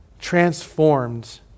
transformed